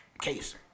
case